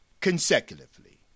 consecutively